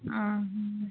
ଅ ହଁ